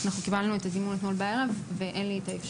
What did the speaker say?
אנחנו קיבלנו את הזימון אתמול בערב ואין לי את האפשרות.